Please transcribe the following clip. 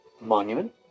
monument